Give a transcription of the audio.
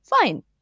fine